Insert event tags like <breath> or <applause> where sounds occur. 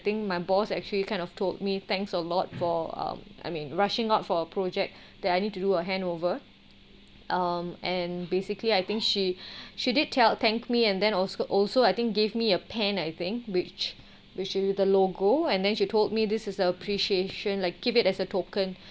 think my boss actually kind of told me thanks a lot for um I mean rushing out for a project <breath> that I need to do a handover um and basically I think she <breath> she did tell thank me and then also also I think gave me a pen I think which which with the logo and then she told me this is the appreciation like keep it as a token